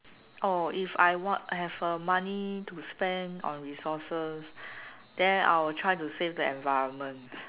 oh if I what I have a money to spend on resources then I'll try to save the environment